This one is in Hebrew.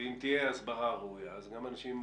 ואם תהיה הסברה ראויה אז גם האנשים עם